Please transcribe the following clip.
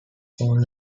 all